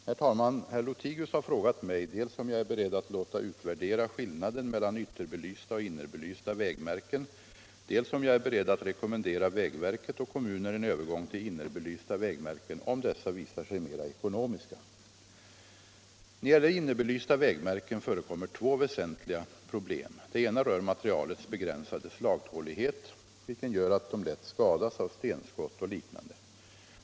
Herr talman! Herr Lothigius har frågat mig dels om jag är beredd att låta utvärdera skillnaden mellan ytterbelysta och innerbelysta vägmärken, dels om jag är beredd att rekommendera vägverket och kommuner en övergång till innerbelysta vägmärken om dessa visar sig mera ekonomiska. När det gäller innerbelysta vägmärken förekommer två väsentliga problem. Det ena rör materialets begränsade slagtålighet, vilken gör att de lätt skadas av stenskott och liknande.